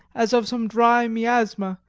as of some dry miasma,